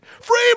Free